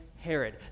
Herod